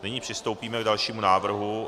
Nyní přistoupíme k dalšímu návrhu.